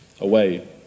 away